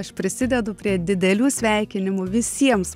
aš prisidedu prie didelių sveikinimų visiems